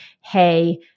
hey